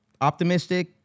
Optimistic